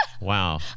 Wow